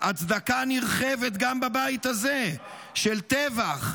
הצדקה נרחבת גם בבית הזה של טבח,